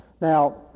Now